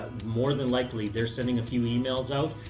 more than likely they're sending a few emails out.